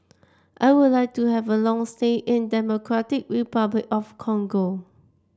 I would like to have a long stay in Democratic Republic of Congo